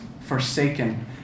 forsaken